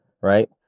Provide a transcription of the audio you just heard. right